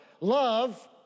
Love